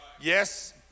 Yes